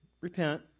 Repent